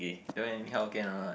don't anyhow can or not